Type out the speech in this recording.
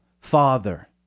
father